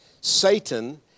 Satan